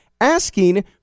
asking